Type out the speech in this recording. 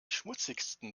schmutzigsten